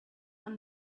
when